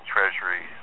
Treasury